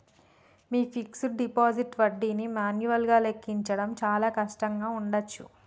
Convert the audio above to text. మీ fixed deposit వడ్డీని మాన్యువల్గా లెక్కించడం చాలా కష్టంగా ఉండచ్చు